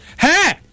Hey